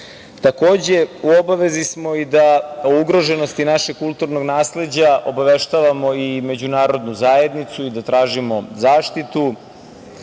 u obavezi smo da o ugroženosti našeg kulturnog nasleđa obaveštavamo i međunarodnu zajednicu i da tražimo zaštitu.U